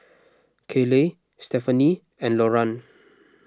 Kayleigh Stephaine and Loran